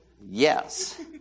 Yes